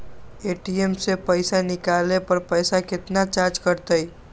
ATM से पईसा निकाले पर पईसा केतना चार्ज कटतई?